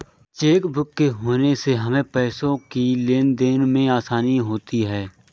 chequebook के होने से हमें पैसों की लेनदेन में आसानी होती हैँ